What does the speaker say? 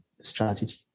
strategy